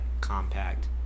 compact